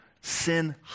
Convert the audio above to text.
sin